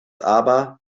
aber